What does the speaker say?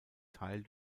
teil